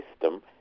system